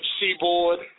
seaboard